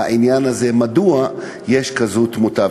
בעניין: מדוע יש כזו תמותה.